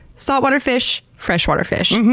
saltwater fish, freshwater fish.